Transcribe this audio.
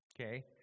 okay